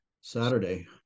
Saturday